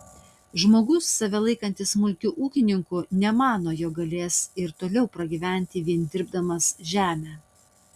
žmogus save laikantis smulkiu ūkininku nemano jog galės ir toliau pragyventi vien dirbdamas žemę